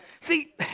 See